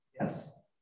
yes